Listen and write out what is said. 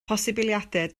posibiliadau